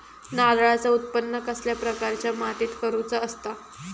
नारळाचा उत्त्पन कसल्या प्रकारच्या मातीत करूचा असता?